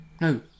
No